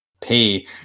pay